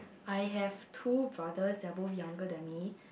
I have two brothers they're both younger than me